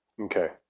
Okay